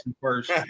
first